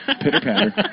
Pitter-patter